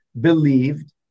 believed